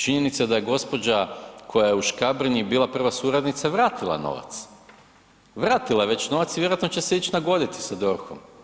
Činjenica se da je gospođa koja je u Škabrnji bila prva suradnica vratila novac, vratila je već novac i vjerojatno će se ići nagoditi sa DORH-om.